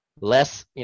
less